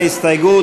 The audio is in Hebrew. ההסתייגות?